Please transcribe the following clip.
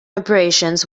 abrasions